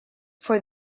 for